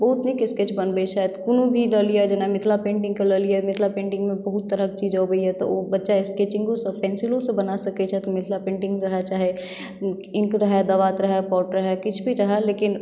बहुत नीक स्केच बनबै छथि कोनो भी लऽ लियऽ जेना मिथिला पेन्टिंग केँ लऽ लिअ मिथिला पेन्टिंग मे बहुत तरहकेँ चीज अबैया तऽ ओ बच्चा स्कैचिंगोसँ पेन्सिलोसँ बना सकै छथि मिथिला पेन्टिंग रहै चाहे ईंक रहै दवात रहै पॉट रहै किछु भी रहै लेकिन